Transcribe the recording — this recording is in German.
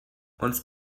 uns